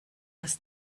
als